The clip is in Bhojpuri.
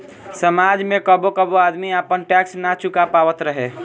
समाज में कबो कबो आदमी आपन टैक्स ना चूका पावत रहे